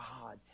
God